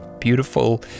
beautiful